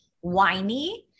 whiny